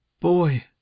Boy